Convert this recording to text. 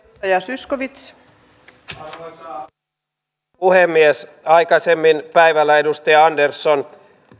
arvoisa rouva puhemies aikaisemmin päivällä edustaja andersson